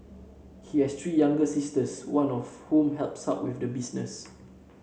he has three younger sisters one of whom helps out with the business